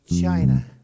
China